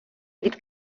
від